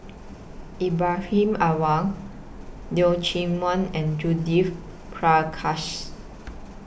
Ibrahim Awang Leong Chee Mun and Judith Prakash